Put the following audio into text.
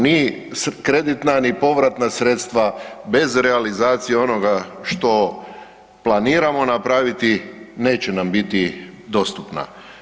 Ni kreditna ni povratna sredstva bez realizacije onoga što planiramo napraviti neće nam biti dostupna.